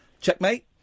Checkmate